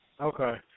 Okay